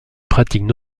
pratiquent